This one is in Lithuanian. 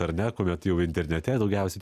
ar ne kuomet jau internete daugiausiai